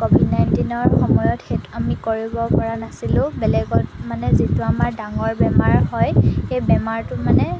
Covid নাইণ্টিনৰ সময়ত সেই আমি কৰিবপৰা নাছিলোঁ বেলেগত মানে যিটো আমাৰ ডাঙৰ বেমাৰ হয় সেই বেমাৰটো মানে